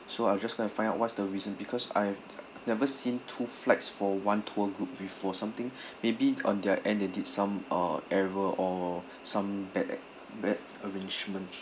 so I'll just go and find out what's the reason because I've never seen two flights for one tour group before something maybe on their end they did some uh error or some bad bad arrangements